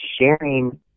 sharing